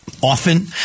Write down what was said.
Often